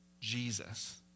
Jesus